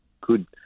good